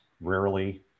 rarely